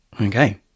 okay